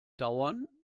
dauern